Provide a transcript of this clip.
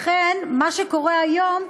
לכן, מה שקורה היום,